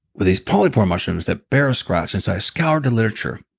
with these polypore mushrooms that bear scratches. i scoured the literature,